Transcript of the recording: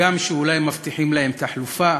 הגם שאולי מבטיחים להם חלופה,